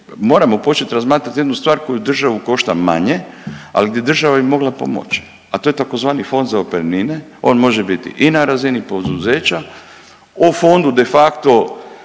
moramo početi razmatrati jednu stvar koja državu košta manje, a gdje država bi mogla pomoć, a to je tzv. Fond za otpremnine, on može biti i na razini poduzeća. O fondu de facto